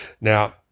Now